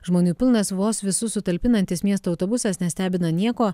žmonių pilnas vos visus sutalpinantis miesto autobusas nestebina niekuo